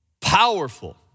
powerful